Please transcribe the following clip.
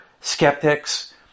skeptics